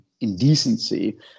indecency